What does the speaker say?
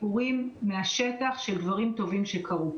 סיפורים מהשטח של דברים טובים שקרו.